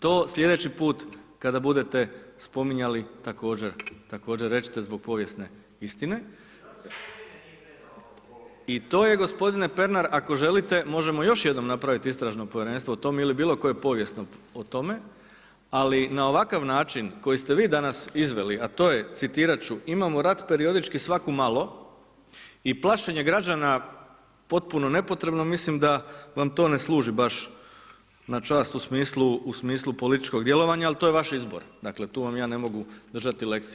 To sljedeći put, kada budete spominjali, također recite zbog povijesne istine … [[Upadica se ne čuje.]] i to je gospodine Pernar, ako želite, možemo još jednom napraviti istražnom povjerenstvo o tome ili bilo koje povijesno o tome, ali na ovakav način, koji ste vi danas izveli, a to je, citirati ću, imamo … svako malo i plašenje građane potpuno nepotrebno, mislim da vam to ne služi baš na čast u smislu političkog djelovanja, ali to je vaš izbor, dakle, tu vam ja ne mogu držati lekcije.